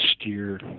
steer